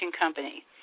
company